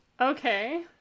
Okay